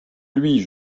lui